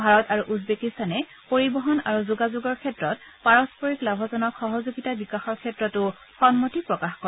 ভাৰত আৰু উজবেকিস্তানে পৰিবহন আৰু যোগাযোগৰ ক্ষেত্ৰত পাৰস্পৰিক লাভজনক সহযোগিতা বিকাশৰ ক্ষেত্ৰতো সন্মতি প্ৰকাশ কৰে